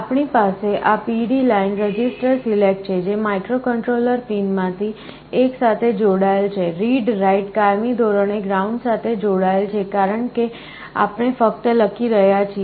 આપણી પાસે આ પીળી લાઈન રજિસ્ટર સિલેક્ટ છે જે માઇક્રોકન્ટ્રોલર પિનમાંની એક સાથે જોડાયેલ છે readwrite કાયમી ધોરણે ગ્રાઉન્ડ સાથે જોડાયેલ છે કારણ કે આપણે ફક્ત લખી રહ્યા છીએ